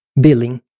billing